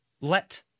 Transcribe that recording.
let